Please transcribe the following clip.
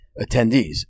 attendees